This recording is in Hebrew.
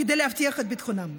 כדי להבטיח את ביטחונם.